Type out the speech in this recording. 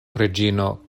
reĝino